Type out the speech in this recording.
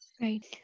Right